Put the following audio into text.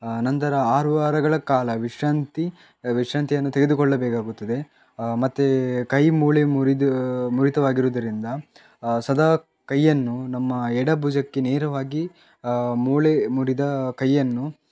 ನಂತರ ಆರು ವಾರಗಳ ಕಾಲ ವಿಶ್ರಾಂತಿ ವಿಶ್ರಾಂತಿಯನ್ನು ತೆಗೆದುಕೊಳ್ಳಬೇಕಾಗುತ್ತದೆ ಮತ್ತೆ ಕೈ ಮೂಳೆ ಮುರಿದ ಮುರಿತವಾಗಿರುವುದರಿಂದ ಸದಾ ಕೈಯನ್ನು ನಮ್ಮ ಎಡ ಭುಜಕ್ಕೆ ನೇರವಾಗಿ ಮೂಳೆ ಮುರಿದ ಕೈಯನ್ನು